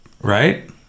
Right